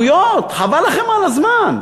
עלויות, חבל לכם על הזמן.